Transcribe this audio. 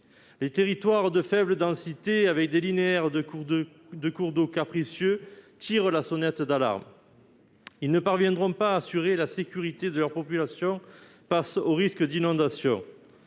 des territoires de faible densité, avec des linéaires de cours d'eau capricieux, tirent la sonnette d'alarme. Ils ne parviendront pas à assurer la sécurité de leur population face aux risques d'inondation.